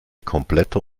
kompletter